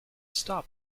stop